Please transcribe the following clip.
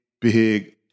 big